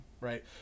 right